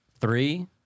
Three